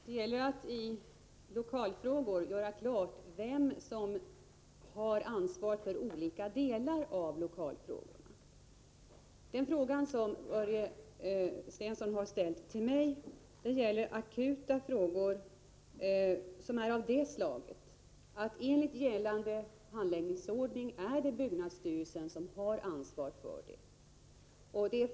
Herr talman! Det gäller att i lokalfrågor göra klart vem som har ansvaret för olika delar av de frågorna. Den fråga Börje Stensson ställt till mig gäller akuta problem, som är av det slag att det enligt gällande handläggningsordning är byggnadsstyrelsen som har ansvaret.